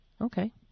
Okay